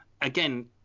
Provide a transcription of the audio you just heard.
again